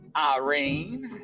Irene